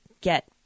get